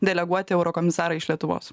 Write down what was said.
deleguoti eurokomisarą iš lietuvos